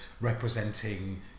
representing